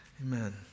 Amen